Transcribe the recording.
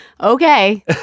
Okay